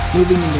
Moving